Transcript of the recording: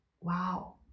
Wow